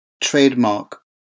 trademark